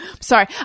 sorry